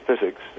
physics